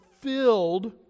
filled